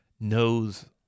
knows